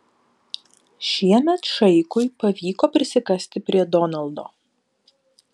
šiemet šaikui pavyko prisikasti prie donaldo